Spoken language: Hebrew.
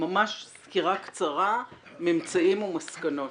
ממש סקירה קצרה, ממצאים ומסקנות.